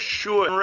sure